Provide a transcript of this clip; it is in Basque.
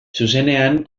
zuzenean